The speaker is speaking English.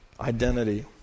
identity